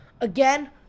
again